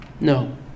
no